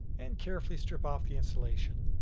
and carefully strip off the insulation.